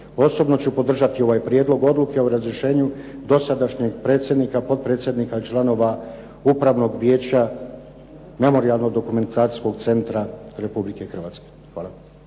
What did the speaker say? Osobno ću podržati ovaj Prijedlog odluke o razrješenju dosadašnjeg predsjednika, potpredsjednika i članova Upravnog vijeća Memorijalno-dokumentacijskog centra Republike Hrvatske. Hvala.